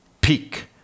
peak